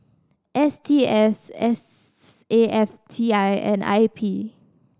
S T S S A F T I and I P